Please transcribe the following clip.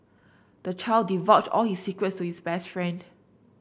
the child divulged all his secrets to his best friend